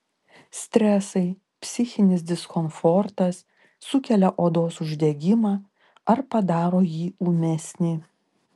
stresai psichinis diskomfortas sukelia odos uždegimą ar padaro jį ūmesnį